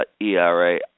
ERA